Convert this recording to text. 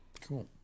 Cool